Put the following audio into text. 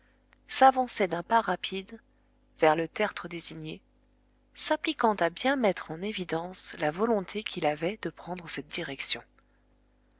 s'avançait d'un pas rapide vers le tertre désigné s'appliquant à bien mettre en évidence la volonté qu'il avait de prendre cette direction